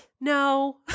no